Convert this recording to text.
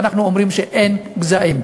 ואנחנו אומרים שאין גזעים.